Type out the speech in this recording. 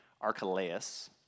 Archelaus